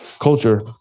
culture